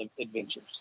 adventures